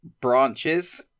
branches